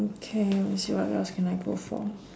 okay we see what else can I go for